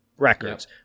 records